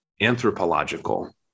anthropological